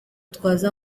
twaza